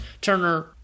Turner